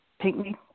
Pinkney